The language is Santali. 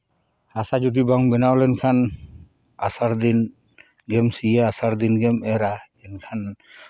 ᱦᱟᱥᱟ ᱡᱩᱫᱤ ᱵᱟᱝ ᱵᱮᱱᱟᱣ ᱞᱮᱱᱠᱷᱟᱱ ᱟᱥᱟᱲ ᱫᱤᱱ ᱜᱮᱢ ᱥᱤᱭᱟ ᱟᱥᱟᱲ ᱫᱤᱱ ᱜᱮᱢ ᱮᱨᱟ ᱮᱱᱠᱷᱟᱱ